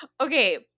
Okay